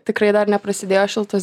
tikrai dar neprasidėjo šiltos